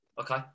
Okay